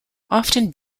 often